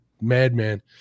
madman